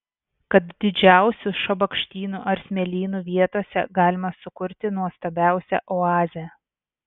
kad didžiausių šabakštynų ar smėlynų vietose galima sukurti nuostabiausią oazę